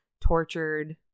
tortured